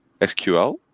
SQL